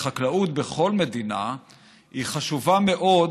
חקלאות בכל מדינה היא חשובה מאוד,